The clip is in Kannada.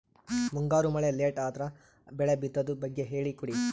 ಮುಂಗಾರು ಮಳೆ ಲೇಟ್ ಅದರ ಬೆಳೆ ಬಿತದು ಬಗ್ಗೆ ಹೇಳಿ ಕೊಡಿ?